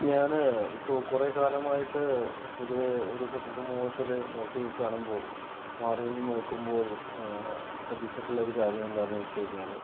ഞാന് ഇപ്പം കുറേ കാലമായിട്ട് പൊതുവേ ഒരു പൊതു സമൂഹത്തിൽ നോക്കി കാണുമ്പോൾ മാറി നിന്ന് നോക്കുമ്പോൾ ശ്രദ്ധിച്ചിട്ടുള്ള ഒരു കാര്യം എന്താണെന്ന് വെച്ച് കഴിഞ്ഞാൽ